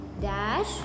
dash